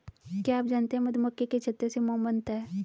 क्या आप जानते है मधुमक्खी के छत्ते से मोम बनता है